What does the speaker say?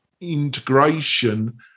integration